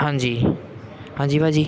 ਹਾਂਜੀ ਹਾਂਜੀ ਭਾਅ ਜੀ